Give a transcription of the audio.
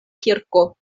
kirko